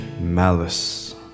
malice